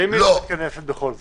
ואם היא לא מתכנסת בכל זאת?